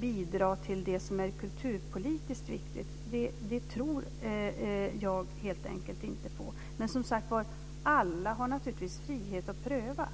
bidra till det som är kulturpolitiskt viktigt tror jag helt enkelt inte på. Men alla har naturligtvis frihet att pröva.